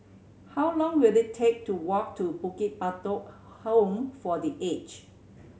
how long will it take to walk to Bukit Batok Home for The Aged